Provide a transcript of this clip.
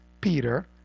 Peter